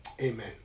Amen